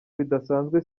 bidasanzwe